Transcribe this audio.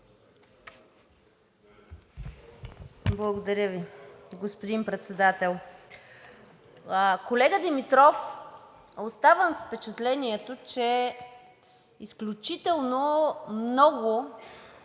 Благодаря Ви, господин Председател. Колега Димитров, оставам с впечатлението, че изключително много